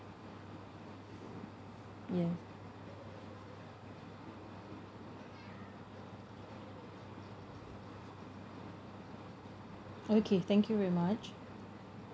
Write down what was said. yes okay thank you very much